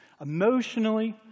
Emotionally